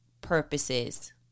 purposes